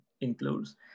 includes